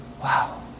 Wow